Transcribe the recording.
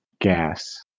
gas